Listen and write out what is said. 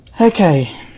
Okay